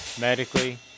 medically